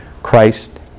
Christ